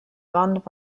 wand